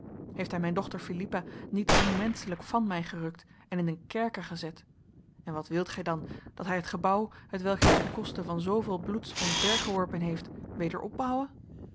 heeft hij mijn dochter philippa niet onmenselijk van mij gerukt en in een kerker gezet en wat wilt gij dan dat hij het gebouw hetwelk hij ten koste van zoveel bloeds omvergeworpen heeft weder opbouwe